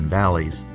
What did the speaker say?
valleys